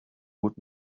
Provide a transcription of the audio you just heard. would